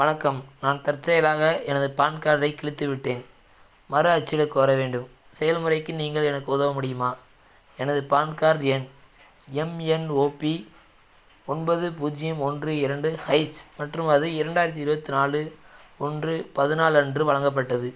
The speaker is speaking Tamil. வணக்கம் நான் தற்செயலாக எனது பான்கார்டைக் கிழித்துவிட்டேன் மறு அச்சிடக் கோர வேண்டும் செயல்முறைக்கு நீங்கள் எனக்கு உதவ முடியுமா எனது பான்கார்டு எண் எம்என்ஓபி ஒன்பது பூஜ்ஜியம் ஒன்று இரண்டு ஹைச் மற்றும் அது இரண்டாயிரத்தி இருபத்து நாலு ஒன்று பதினாலு அன்று வழங்கப்பட்டது